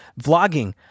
vlogging